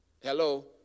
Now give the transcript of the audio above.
hello